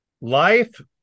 life